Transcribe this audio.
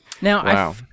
Now